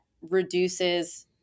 reduces